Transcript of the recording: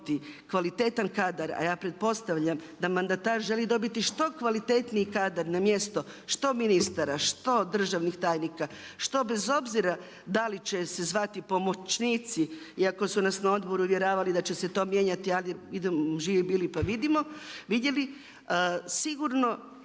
kvalitetan kadar a ja pretpostavljam da mandatar želi dobiti što kvalitetniji kadar na mjesto što ministara, što državni tajnika, što bez obzira da li će se zvati pomoćnici iako su nas na odboru uvjeravali da će se to mijenjati ali živi bili pa vidjeli, sigurno